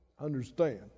understand